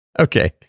Okay